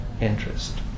interest